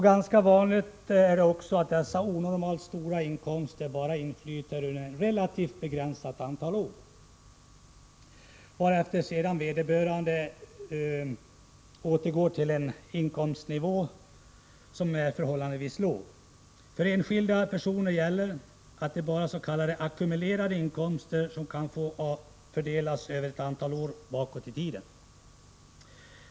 Ganska vanligt är också att dessa onormalt stora inkomster inflyter under bara ett relativt begränsat antal år, varefter vederbörande återgår till en förhållandevis låg inkomstnivå. För enskilda personer gäller att bara s.k. ackumulerade inkomster kan få fördelas över ett antal år bakåt i tiden.